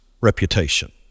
reputation